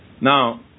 Now